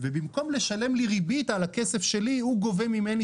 ובמקום לשלם לי ריבית על הכסף שלי הוא גובה ממני